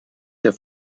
der